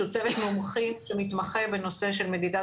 שהוא צוות מומחים שמתמחה בנושא של מדידת